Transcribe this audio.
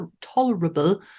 tolerable